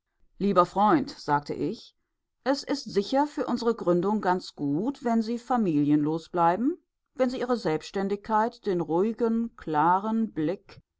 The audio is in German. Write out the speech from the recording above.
lieber freund sagte ich es ist sicher für unsere gründung ganz gut wenn sie familienlos bleiben wenn sie ihre selbständigkeit den ruhigen klaren blick